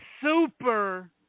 super